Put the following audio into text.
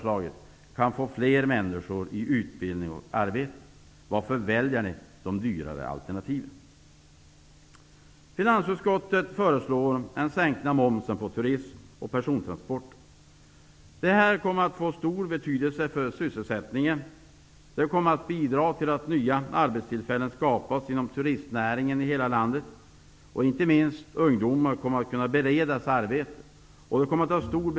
Men jag fann ingenting. Även om det finns problem i politiken måste vi, oavsett positioner och även i regeringsställning, orka att lyfta fram såsom något positivt det som ändå sker i Sverige. Vi måste ta vara på utvecklingsmöjligheterna, de fina signalerna, och inte bara lyfta fram det dystra.